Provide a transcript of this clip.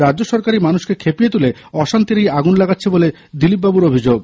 রাজ্য সরকারই মানুষকে খেপিয়ে তুলে অশান্তির এই আগুন লাগাচ্ছে বলে দিলীপবাবুর অভিযোগ